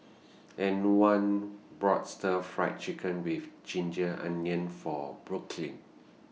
Antwan bought Stir Fry Chicken with Ginger Onions For Brooklyn